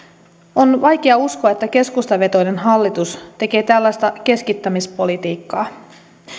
on vaikea uskoa että keskustavetoinen hallitus tekee tällaista keskittämispolitiikkaa